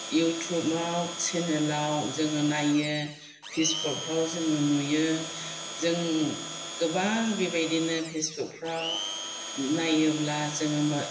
युटुबआव सेनेलाव जोङो नायो फेसबुकफोराव जोङो नुयो जों गोबां बेबायदिनो फेसबुकफोराव नायोब्ला जोङो